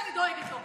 שאני דואגת לו?